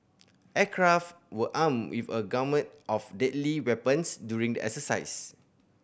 aircraft were armed with a gamut of deadly weapons during the exercise